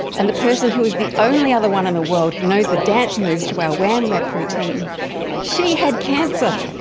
and the person who is the only other one in the world who knows the dance moves to our wham rap routine she had cancer.